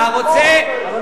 אנחנו נתמוך,